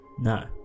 No